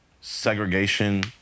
segregation